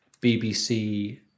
BBC